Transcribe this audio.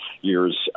years